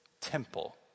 temple